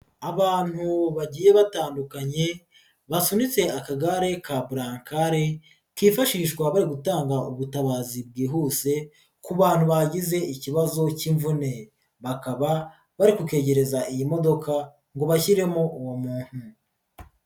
Abantu bagiye batandukanye basunitse akagare ka bulakari, kifashishwa bari gutanga ubutabazi bwihuse ku bantu bagize ikibazo cy'imvune, bakaba bari kukegereza iyi modoka ngo bashyiremo uwo muntu.